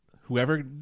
whoever